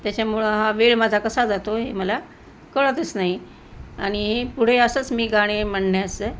त्याच्यामुळं हा वेळ माझा कसा जातो हे मला कळतच नाही आणि हे पुढे असंच मी गाणे म्हणण्यास